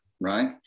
right